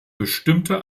bestimmte